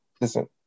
Listen